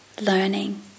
learning